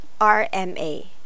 RMA